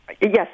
Yes